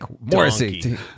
Morrissey